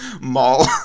Mall